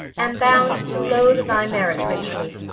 am bound to load thy merit richly.